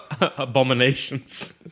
abominations